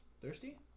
Thirsty